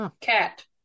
Cat